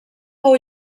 fou